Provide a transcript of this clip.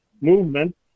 movement